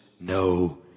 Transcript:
no